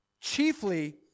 chiefly